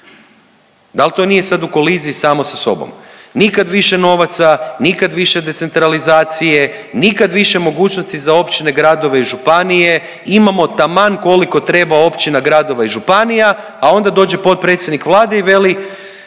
Dal to nije sad u koliziji samo sa sobom? Nikad više novaca, nikad više decentralizacije, nikad više mogućnosti za općine, gradove i županije, imamo taman koliko treba općina, gradova i županija, a onda dođe potpredsjednik Vlade i veli